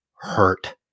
hurt